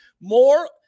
more